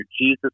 Jesus